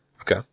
Okay